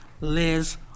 Liz